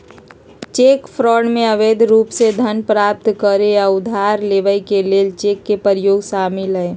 cheque fraud में अवैध रूप से धन प्राप्त करे आऽ उधार लेबऐ के लेल चेक के प्रयोग शामिल हइ